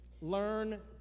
Learn